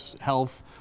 health